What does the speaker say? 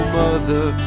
mother